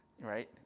right